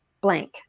blank